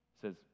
says